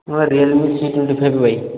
ହଁ Realme C twenty five Y